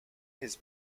his